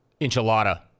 enchilada